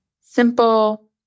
simple